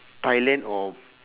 thailand or